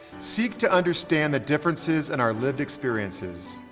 seek to understand the differences in our lived experiences,